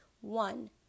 One